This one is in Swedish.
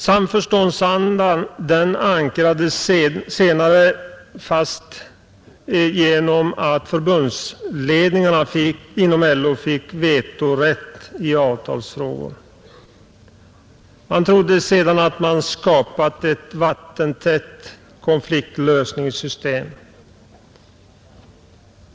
Samförståndsandan ankrades senare fast genom att förbundsledningarna inom LO fick vetorätt i avtalsfrågor. Man trodde då att man skapat ett vattentätt konfliktlösningssystem.